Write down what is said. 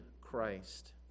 Christ